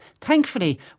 thankfully